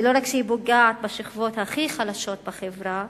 ולא רק שהיא פוגעת בשכבות הכי חלשות בחברה,